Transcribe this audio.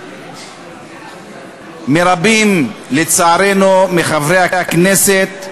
מרבים, לצערנו, מחברי הכנסת,